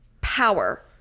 power